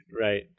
Right